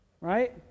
Right